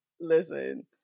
listen